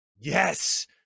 yes